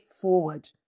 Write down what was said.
forward